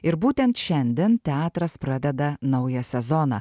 ir būtent šiandien teatras pradeda naują sezoną